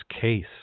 case